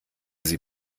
sie